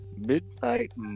Midnight